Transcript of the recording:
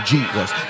Jesus